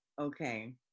okay